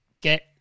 Get